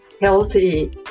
healthy